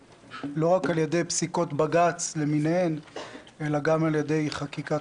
לא רק על ידי פסיקות בג"ץ אלא גם על ידי חקיקת